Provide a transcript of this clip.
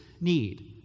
need